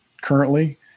currently